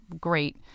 great